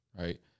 Right